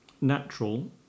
natural